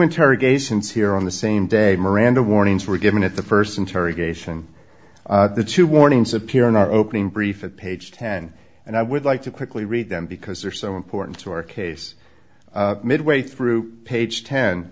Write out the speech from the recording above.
interrogations here on the same day miranda warnings were given at the first interrogation the two warnings appear in our opening brief at page ten and i would like to quickly read them because they're so important to our case midway through page ten